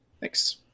Thanks